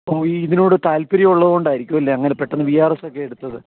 അപ്പോൾ ഈ ഇതിനോട് താല്പര്യം ഉള്ളത് കൊണ്ടായിരിക്കും അല്ലേ അങ്ങനെ പെട്ടെന്ന് വി ആർ എസ് ഒക്കെ എടുത്തത്